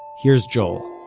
here's joel